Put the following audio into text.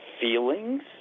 feelings